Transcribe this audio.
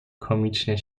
komicznie